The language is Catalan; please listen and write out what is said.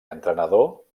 entrenador